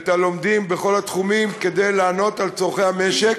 ואת הלומדים בכל התחומים כדי לענות על צורכי המשק,